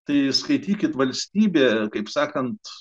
tai skaitykit valstybė kaip sakant